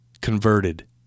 converted